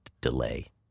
delay